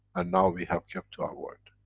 and now we have kept our word.